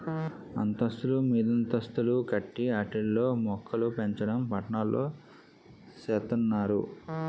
అంతస్తులు మీదంతస్తులు కట్టి ఆటిల్లో మోక్కలుపెంచడం పట్నాల్లో సేత్తన్నారు